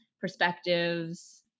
perspectives